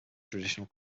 traditional